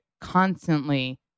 constantly